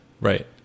Right